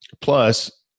Plus